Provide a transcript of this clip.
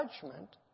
judgment